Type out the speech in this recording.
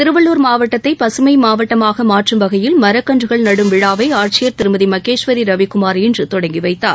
திருவள்ளுர் மாவட்டத்தை பசுமை மாவட்டமாக மாற்றும் வகையில் மரக்கன்றுகள் நடும் விழாவை ஆட்சியர் திருமதி மகேஸ்வரி ரவிக்குமார் இன்று தொடங்கி வைத்தார்